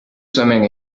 swimming